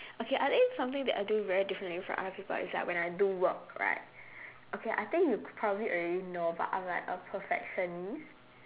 okay I think something that I do very differently from other people is that when I do work right okay I think you probably already know but I'm like a perfectionist